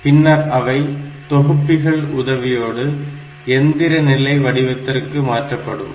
பின்னர் அவை தொகுப்பிகள் உதவியோடு எந்திர நிலை வடிவத்திற்கு மாற்றப்படுகிறது